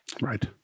Right